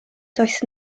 does